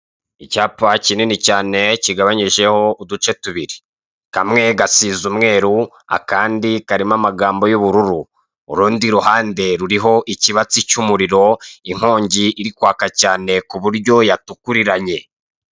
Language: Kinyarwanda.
Icyapa kinini cyane kigabanyijeho uduce tubire kamwe gasize umweru akandi karimo amagambo y'ubururu urundi ruhande ruriho ikibatsi cy'umuriro inyongi iri kwaka cyane ku buryo yatukuriranye.